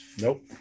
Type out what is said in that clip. Nope